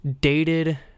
dated